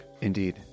Indeed